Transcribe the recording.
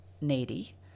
needy